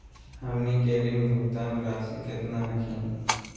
हमनी के ऋण भुगतान रासी केतना हखिन?